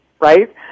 right